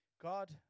God